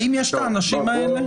האם יש את האנשים האלה?